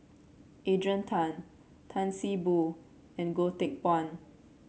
Adrian Tan Tan See Boo and Goh Teck Phuan